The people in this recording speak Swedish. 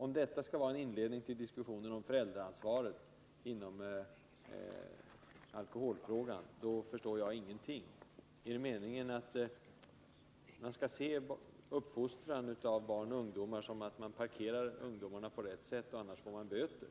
Om detta skall vara en inledning till diskussionen om föräldraansvaret inom alkoholfrågan, då förstår jag ingenting. Är det meningen att man skall se på uppfostran av barn och ungdomar på det sättet att man skall parkera dem så att man undviker böter?